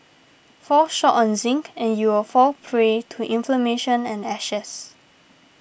fall short on zinc and you'll fall prey to inflammation and ashes